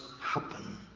happen